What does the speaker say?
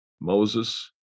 Moses